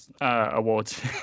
awards